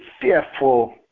fearful